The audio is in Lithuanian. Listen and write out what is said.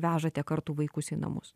vežate kartų vaikus į namus